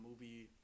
movie